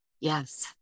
Yes